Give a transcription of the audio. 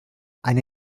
eine